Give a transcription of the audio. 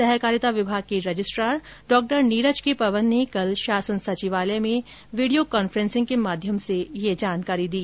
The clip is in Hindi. सहकारिता विभाग के रजिस्ट्रार डॉ नीरज के पवन ने कल शासन सचिवालय में वीडियो कान्फ्रेसिंग के माध्यम से ये जानकारी दी